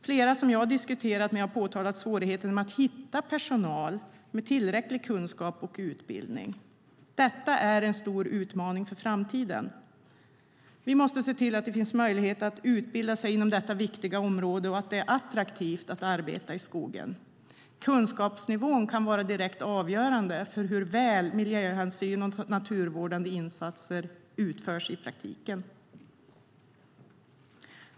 Flera som jag har diskuterat med har påtalat svårigheten med att hitta personal med tillräcklig kunskap och utbildning. Detta är en stor utmaning för framtiden. Vi måste se till att det finns möjlighet att utbilda sig inom detta viktiga område och att det är attraktivt att arbeta i skogen. Kunskapsnivån kan vara direkt avgörande för hur väl miljöhänsyn tas och naturvård utförs vid insatser i praktiken.